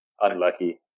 Unlucky